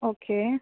okay